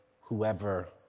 whoever